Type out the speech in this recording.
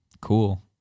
cool